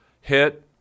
hit